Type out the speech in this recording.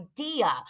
idea